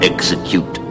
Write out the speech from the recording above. Execute